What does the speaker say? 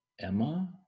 Emma